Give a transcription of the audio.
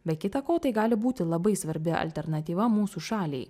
be kita ko tai gali būti labai svarbi alternatyva mūsų šaliai